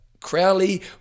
Crowley